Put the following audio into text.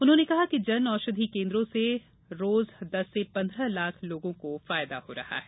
उन्होंने कहा कि जन औषधि केन्द्रों से प्रतिदिन दस से पन्द्रह लाख लोगों को फायदा हो रहा है